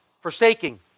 forsaking